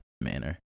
manner